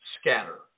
scatter